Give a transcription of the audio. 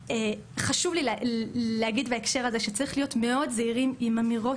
חשוב לי להגיד בהקשר הזה שצריך להיות מאוד זהירים עם אמירות